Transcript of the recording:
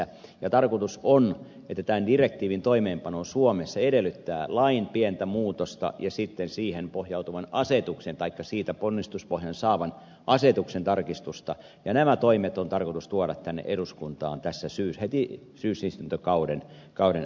tarkoitus on että tämän direktiivin toimeenpano suomessa edellyttää lain pientä muutosta ja sitten siihen pohjautuvan asetuksen taikka siitä ponnistuspohjan saavan asetuksen tarkistusta ja nämä toimet on tarkoitus tuoda tänne eduskuntaan heti syysistuntokauden alkupuolella